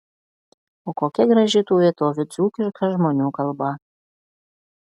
o kokia graži tų vietovių dzūkiška žmonių kalba